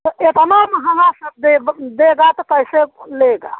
तो इतना महंगा सब दे ह देगा तो कैसे वह लेगा